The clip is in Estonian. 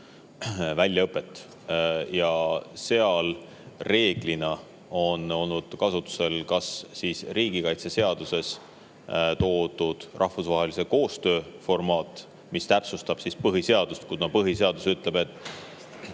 väljaõpet. Seal on reeglina olnud kasutusel kas riigikaitseseaduses toodud rahvusvahelise koostöö formaat, mis täpsustab põhiseadust – põhiseadus ütleb, et